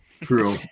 True